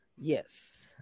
Yes